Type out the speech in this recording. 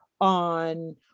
on